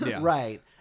Right